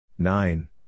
Nine